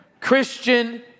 Christian